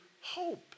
hope